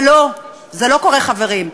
אבל לא, זה לא קורה, חברים.